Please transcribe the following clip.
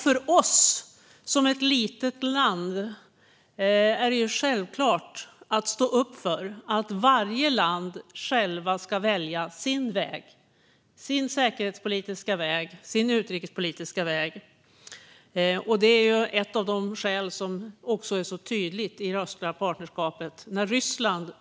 För oss som ett litet land är det självklart att stå upp för att varje land självt ska få välja sin säkerhetspolitiska och utrikespolitiska väg. Detta har också varit ett tydligt skäl för det östliga partnerskapet.